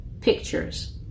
pictures